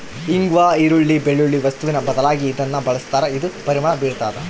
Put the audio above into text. ಇಂಗ್ವಾ ಈರುಳ್ಳಿ, ಬೆಳ್ಳುಳ್ಳಿ ವಸ್ತುವಿನ ಬದಲಾಗಿ ಇದನ್ನ ಬಳಸ್ತಾರ ಇದು ಪರಿಮಳ ಬೀರ್ತಾದ